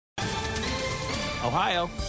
Ohio